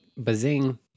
bazing